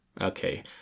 Okay